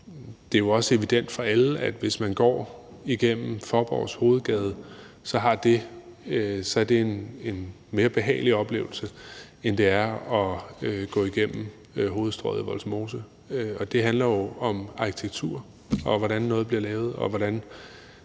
det er jo også evident for alle, at hvis man går igennem Faaborgs hovedgade, så er det en mere behagelig oplevelse, end det er at gå igennem hovedstrøget i Vollsmose, og det handler jo om arkitektur, og hvordan noget bliver lavet, og hvordan